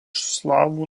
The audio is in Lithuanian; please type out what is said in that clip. slavų